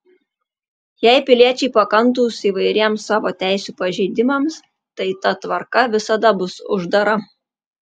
jei piliečiai pakantūs įvairiems savo teisių pažeidimams tai ta tvarka visada bus uždara